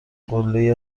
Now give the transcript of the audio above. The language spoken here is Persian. قلهای